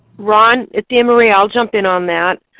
ron, it's annemarie. i'll jump in on that.